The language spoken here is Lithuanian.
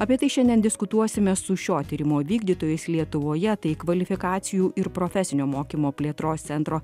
apie tai šiandien diskutuosime su šio tyrimo vykdytojais lietuvoje tai kvalifikacijų ir profesinio mokymo plėtros centro